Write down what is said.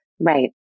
Right